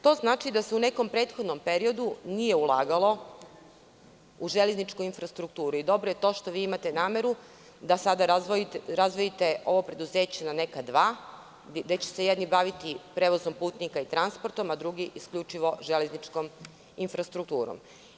To znači da se u nekom prethodnom periodu nije ulagalo u železničku infrastrukturu i dobro je to što imate nameru da sada razdvojite ovo preduzeće na neka dva, gde će se jedno baviti prevozom putnika i transportom, a drugi isključivo železničkom infrastrukturom.